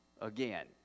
again